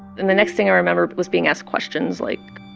and the next thing i remember was being asked questions like,